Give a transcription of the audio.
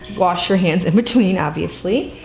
wash your hands in between, obviously.